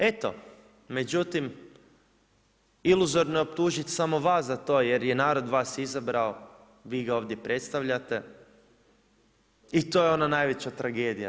Eto, međutim, iluzorno je optužiti samo vas za to jer je narod vas izabrao, vi ga ovdje predstavljate i to je ono najveća tragedija.